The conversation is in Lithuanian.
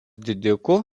didikų